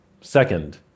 Second